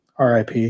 RIP